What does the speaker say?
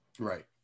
right